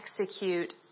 execute